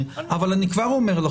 אבל אני כבר אומר,